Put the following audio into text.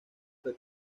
fue